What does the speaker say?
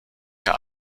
hier